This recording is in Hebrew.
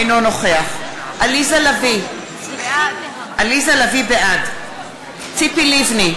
אינו נוכח עליזה לביא, בעד ציפי לבני,